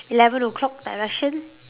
eleven o-clock direction